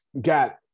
got